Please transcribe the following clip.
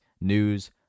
news